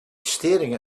staring